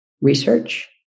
Research